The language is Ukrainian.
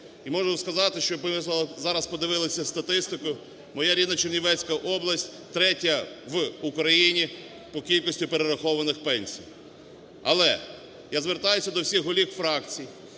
І можу сказати, щоб ви зараз подивилися статистику, моя рідна Чернівецька область третя в Україні по кількості перерахованих пенсій. Але я звертаюся до всіх голів фракцій,